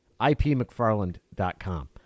IPMcFarland.com